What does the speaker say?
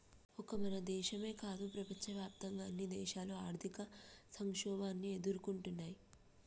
ఒక మన దేశమో కాదు ప్రపంచవ్యాప్తంగా అన్ని దేశాలు ఆర్థిక సంక్షోభాన్ని ఎదుర్కొంటున్నయ్యి